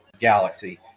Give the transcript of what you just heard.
galaxy